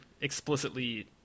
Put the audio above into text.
explicitly